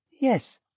yes